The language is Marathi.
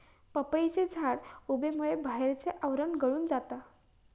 पपईचे झाड उबेमुळे बाहेरचा आवरण गळून जाता